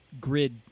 grid